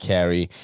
Carry